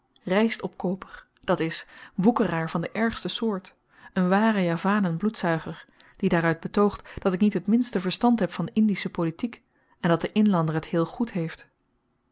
rystopkooper dat is woekeraar van de ergste soort n ware javanenbloedzuiger die daaruit betoogt dat ik niet het minste verstand heb van indische politiek en dat de inlander t heel goed heeft